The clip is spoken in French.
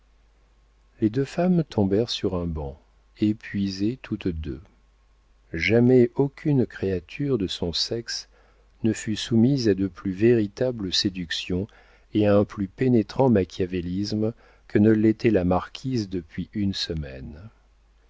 les deux femmes tombèrent sur un banc épuisées toutes deux jamais aucune créature de son sexe ne fut soumise à de plus véritables séductions et à un plus pénétrant machiavélisme que ne l'était la marquise depuis une semaine